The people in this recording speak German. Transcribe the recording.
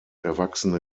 erwachsene